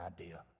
idea